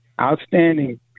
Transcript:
outstanding